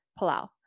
Palau